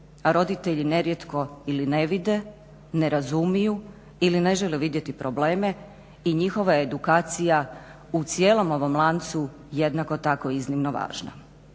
a roditelji nerijetko ili ne vide, ne razumiju ili ne žele vidjeti probleme i njihova je edukacija u cijelom ovom lancu jednako tako iznimno važna.